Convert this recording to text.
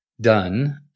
done